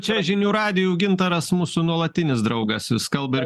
čia žinių radijui jau gintaras mūsų nuolatinis draugas vis kalba ir